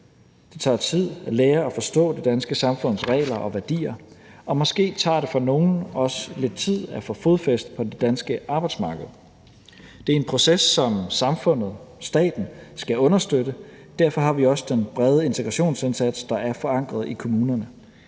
Det tager tid at lære at forstå det danske samfunds regler og værdier. Og måske tager det for nogle også lidt tid at få fodfæste på det danske arbejdsmarked. Det er en proces, som samfundet, staten, skal understøtte, og derfor har vi også den brede integrationsindsats, der er forankret i kommunerne.